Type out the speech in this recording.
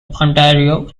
ontario